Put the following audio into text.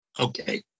okay